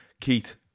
Keith